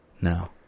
No